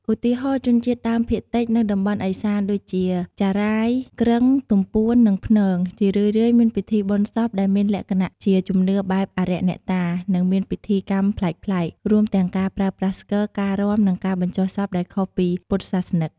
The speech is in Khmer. ឧទាហរណ៍ ជនជាតិដើមភាគតិចនៅតំបន់ឦសានដូចជា ចារ៉ាយ គ្រឹង ទំពួន និងព្នង ជារឿយៗមានពិធីបុណ្យសពដែលមានលក្ខណៈជាជំនឿបែបអារក្សអ្នកតា និងមានពិធីកម្មប្លែកៗ រួមទាំងការប្រើប្រាស់ស្គរ ការរាំ ឬការបញ្ចុះសពដែលខុសពីពុទ្ធសាសនិក។